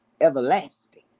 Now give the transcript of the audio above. everlasting